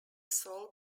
sole